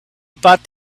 but